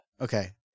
Okay